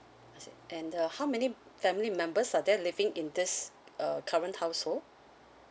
I see and err how many family members are there living in this err current household